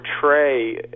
portray